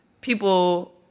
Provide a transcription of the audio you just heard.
people